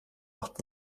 acht